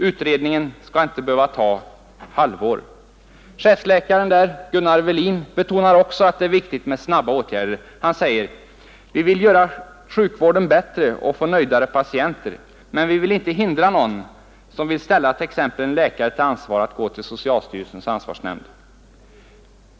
Utredningen ska inte behöva ta halvår.” 129 Chefsläkaren Gunnar Welin betonar också att det är viktigt med snabba åtgärder: ”Vi vill göra sjukvården bättre och få nöjdare patienter, men vi vill inte hindra någon som vill ställa t.ex. en läkare till ansvar att gå till socialstyrelsen.